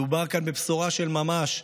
מדובר כאן בבשורה של ממש,